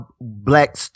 black